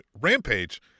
rampage